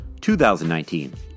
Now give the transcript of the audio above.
2019